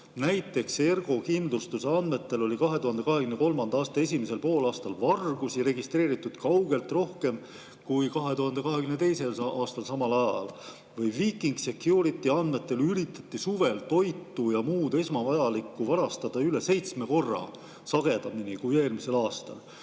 Näiteks Ergo Kindlustuse andmetel oli 2023. aasta esimesel poolaastal vargusi registreeritud kaugelt rohkem kui 2022. aastal samal ajal. Viking Security andmetel üritati suvel toitu ja muud esmavajalikku varastada üle seitsme korra sagedamini kui eelmisel aastal.